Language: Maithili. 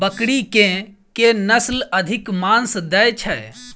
बकरी केँ के नस्ल अधिक मांस दैय छैय?